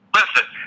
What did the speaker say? Listen